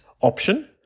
option